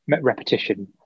repetition